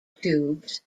tubes